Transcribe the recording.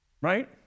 right